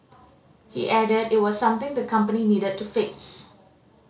he added it was something the company needed to fix